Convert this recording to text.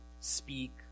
speak